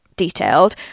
detailed